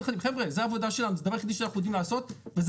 חבר'ה זו העבודה שלנו וזה הדבר היחידי שאנחנו יודעים לעשות וזה